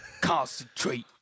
Concentrate